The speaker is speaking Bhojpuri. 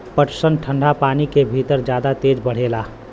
पटसन ठंडा पानी के भितर जादा तेज बढ़ेला